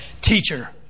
Teacher